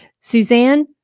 Suzanne